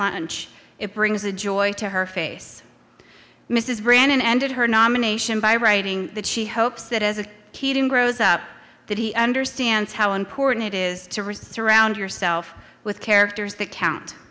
lunch it brings a joy to her face mrs brandon ended her nomination by writing that she hopes that as a keating grows up that he understands how important it is to restore around yourself with characters that count